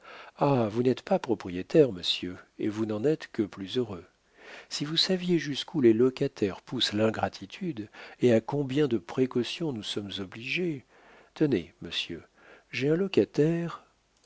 ah vous n'êtes pas propriétaire monsieur et vous n'en êtes que plus heureux si vous saviez jusqu'où les locataires poussent l'ingratitude et à combien de précautions nous sommes obligés tenez monsieur j'ai un locataire